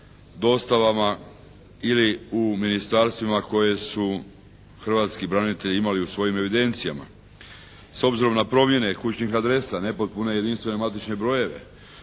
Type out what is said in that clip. u dostavama ili u ministarstvima koje su hrvatski branitelji imali u svojim evidencijama. S obzirom na promjene kućnih adresa, nepotpune jedinstvene matične brojeve